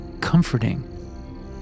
comforting